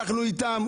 אנחנו איתם,